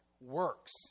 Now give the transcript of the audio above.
works